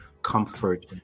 comfort